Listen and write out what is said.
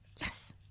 Yes